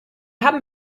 haben